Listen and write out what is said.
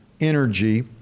energy